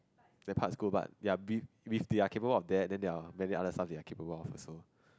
that part is cool but they are if they are capable of that then there are many other stuff they are capable about also